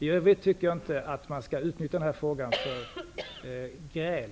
I övrigt vill jag säga att jag inte tycker att man skall utnyttja den här frågan för gräl.